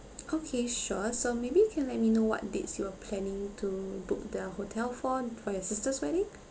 okay sure so maybe you can let me know what dates you are planning to book the hotel for d~ for your sister's wedding